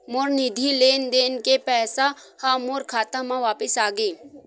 मोर निधि लेन देन के पैसा हा मोर खाता मा वापिस आ गे